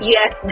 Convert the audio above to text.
Yes